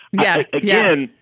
yeah, again,